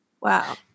Wow